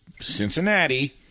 Cincinnati